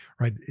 right